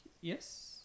Yes